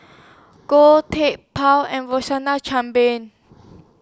Goh Teck Phuan and Chan Pang